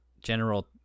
General